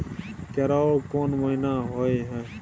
केराव कोन महीना होय हय?